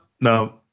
no